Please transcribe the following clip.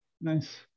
Nice